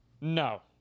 No